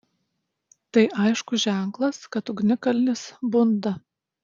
tai aiškus ženklas kad ugnikalnis bunda